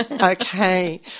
Okay